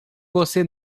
você